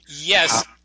Yes